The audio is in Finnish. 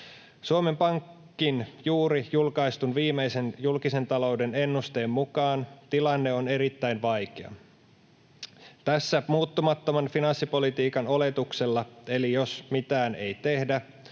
Suomen Pankin juuri julkaistun viimeisimmän julkisen talouden ennusteen mukaan tilanne on erittäin vaikea. Tässä muuttumattoman finanssipolitiikan oletuksella, eli jos mitään ei tehdä,